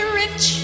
rich